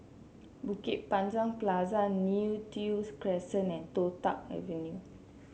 Bukit Panjang Plaza Neo Tiew Crescent and Toh Tuck Avenue